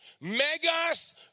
Megas